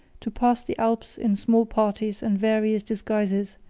to pass the alps in small parties and various disguises,